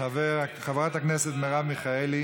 חברת הכנסת מרב מיכאלי,